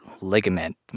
ligament